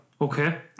okay